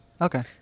Okay